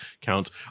counts